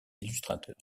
illustrateur